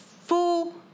fool